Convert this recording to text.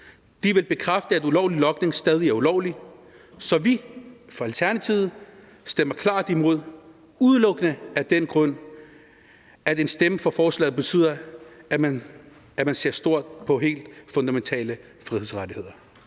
De vil bekræfte, at ulovlig logning stadig er ulovligt. Så vi fra Alternativet stemmer klart imod udelukkende af den grund, at en stemme for forslaget betyder, at man ser stort på helt fundamentale frihedsrettigheder.